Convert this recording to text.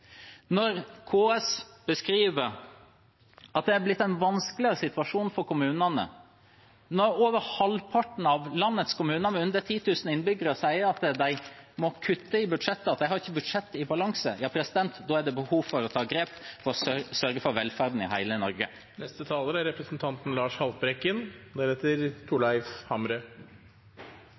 Når KS beskriver at det har blitt en vanskeligere situasjon for kommunene, når over halvparten av landets kommuner med under 10 000 innbyggere sier at de må kutte i budsjettet, at de ikke har budsjettet i balanse, ja, da er det behov for å ta grep og å sørge for velferden i hele Norge. Kommunene er